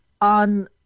on